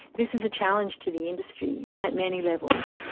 this is a challenge to the industry at many levels,